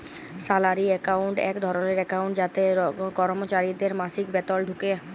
salary account এক ধরলের account যাতে করমচারিদের মাসিক বেতল ঢুকে